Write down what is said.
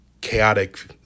chaotic